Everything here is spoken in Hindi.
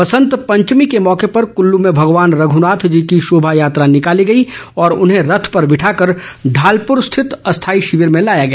बसंत पंचमी के मौके पर क़ल्लू में भगवान रघ्नाथ जी की शोमा यात्रा निकाली गई और उन्हें रथ पर बिठाकर ढालपूर स्थित अस्थाई शिविर में लाया गया